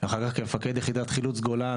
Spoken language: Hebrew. אחר-כך כמפקד יחידת חילוץ גולן.